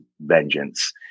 vengeance